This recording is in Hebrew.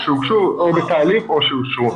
או בתהליך או שכבר אושרו.